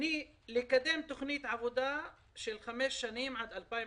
שנית, לקדם תכנית עבודה של חמש שנים, עד 2025,